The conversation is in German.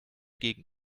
gegen